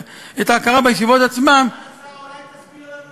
סגן השר,